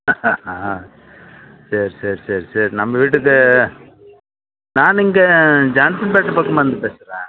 ஆ சேரி சேரி சேரி சேரி நம்ம வீட்டுக்கு நான் இங்கே ஜான்சன்பேட்டை பக்கம் இருந்து பேசுகிறேன்